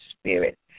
Spirit